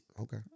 okay